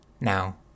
Now